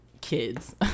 kids